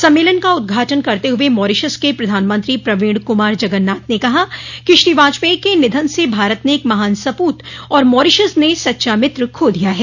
सम्मेलन का उद्घाटन करते हुए मॉरिशस के प्रधानमंत्री प्रवीण क्मार जगन्नाथ ने कहा कि श्री वाजपेयी के निधन से भारत ने एक महान सपूत और मॉरीशस ने सच्चा मित्र खो दिया है